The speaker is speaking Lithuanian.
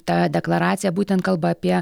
ta deklaracija būtent kalba apie